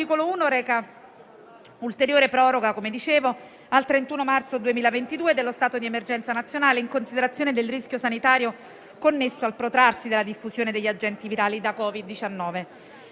1 reca l'ulteriore proroga al 31 marzo 2022 dello stato di emergenza nazionale, in considerazione del rischio sanitario connesso al protrarsi della diffusione degli agenti virali da Covid-19.